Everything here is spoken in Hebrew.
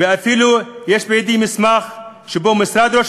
ואפילו יש בידי מסמך שבו משרד ראש